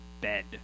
bed